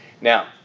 Now